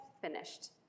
finished